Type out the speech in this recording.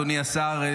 אדוני השר,